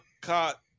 cut